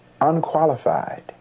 unqualified